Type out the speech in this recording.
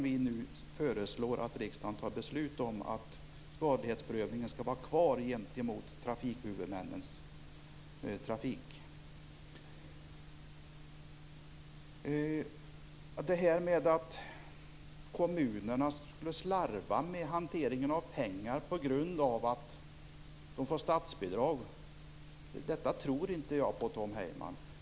Vi föreslår alltså att riksdagen fattar beslut om att skadlighetsprövningen skall vara kvar gentemot trafikhuvudmännens trafik. Att kommunerna skulle slarva med hanteringen av pengar på grund av att de får statsbidrag är något som jag inte tror på, Tom Heyman!